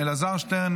אלעזר שטרן,